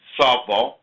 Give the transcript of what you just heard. softball